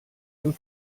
dem